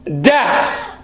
Death